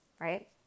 right